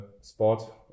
sport